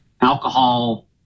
alcohol